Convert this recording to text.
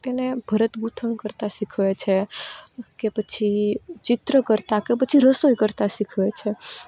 તેને ભરતગૂંથણ કરતાં શીખવે છે કે પછી ચિત્ર કરતાં કે પછી રસોઈ કરતાં શીખવે છે